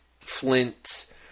Flint